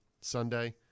Sunday